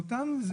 ואותם,